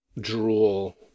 drool